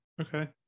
Okay